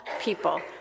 people